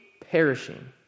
perishing